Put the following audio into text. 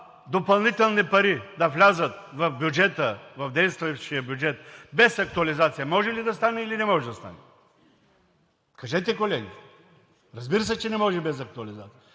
допълнителни пари да влязат в бюджета, в действащия бюджет без актуализация – може ли да стане, или не може да стане? Кажете, колеги! Разбира се, че не може без актуализация.